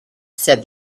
said